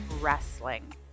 wrestling